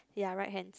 ya right hand